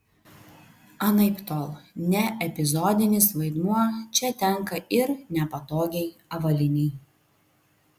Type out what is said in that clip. anaiptol ne epizodinis vaidmuo čia tenka ir nepatogiai avalynei